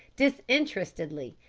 disinterestedly,